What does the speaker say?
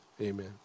amen